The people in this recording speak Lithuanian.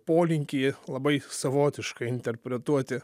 polinkį labai savotiškai interpretuoti